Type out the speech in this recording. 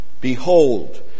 Behold